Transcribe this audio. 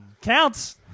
Counts